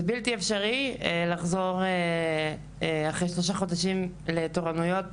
זה בלתי אפשרי לחזור אחרי שלושה חודשים לתורנויות,